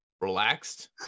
relaxed